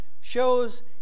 shows